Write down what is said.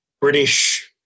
British